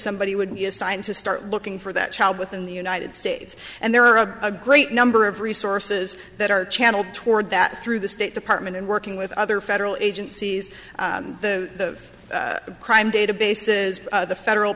somebody would be assigned to start looking for that child within the united states and there are a great number of resources that are channeled toward that through the state department and working with other federal agencies the crime databases the federal